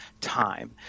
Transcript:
time